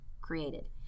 created